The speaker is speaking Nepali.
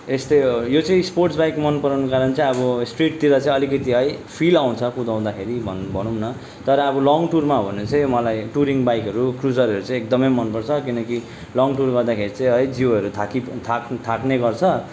यस्तै हो यो चाहिँ स्पोर्ट्स बाइक मन पराउनुको कारण चाहिँ अब स्ट्रिटतिर चाहिँ अलिकति है फिल आउँछ कुदाउँदाखेरि भनौँ भनौँ न तर अब लङ् टुरमा हो भने चाहिँ मलाई टुरिङ् बाइकहरू क्रुजरहरू चैँ एकदमै मन पर्छ किनकि लङ् टुर गर्दाखेरि चाहिँ है जिउहरू थाकि थाक् थाक्ने गर्छ